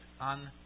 on